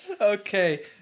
Okay